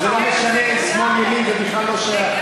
זה לא משנה שמאל, ימין, זה בכלל לא שייך.